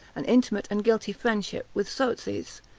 an intimate and guilty friendship with sauzes,